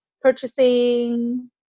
purchasing